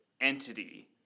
entity